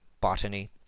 botany